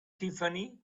tiffany